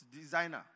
designer